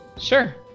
sure